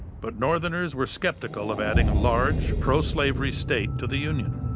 but northerners were skeptical of adding a large, pro-slavery state to the union.